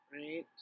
right